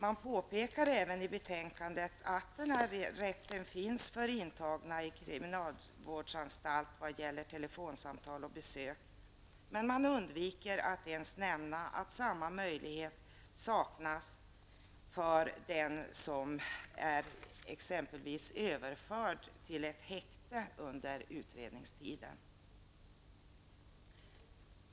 Man påpekar även i betänkandet att denna rätt finns för intagna i kriminalvårdsanstalt när det gäller telefonsamtal och besök, men undviker att ens nämna att samma möjlighet saknas för den som exempelvis är överförd till ett häkte under utredningstiden.